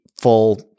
full